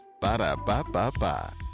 Ba-da-ba-ba-ba